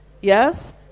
yes